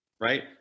right